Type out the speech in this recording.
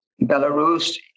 Belarus